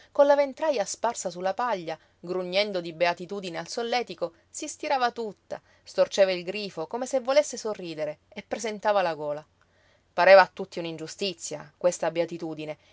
con la ventraja sparsa su la paglia grugnendo di beatitudine al solletico si stirava tutta storceva il grifo come se volesse sorridere e presentava la gola pareva a tutti un'ingiustizia questa beatitudine